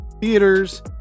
theaters